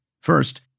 First